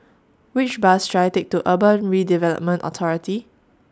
Which Bus should I Take to Urban Redevelopment Authority